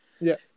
Yes